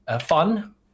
fun